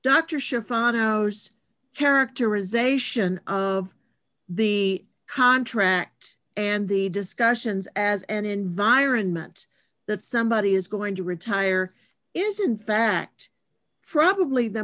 ours characterization of the contract and the discussions as an environment that somebody is going to retire is in fact probably the